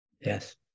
Yes